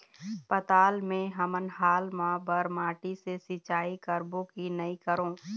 पताल मे हमन हाल मा बर माटी से सिचाई करबो की नई करों?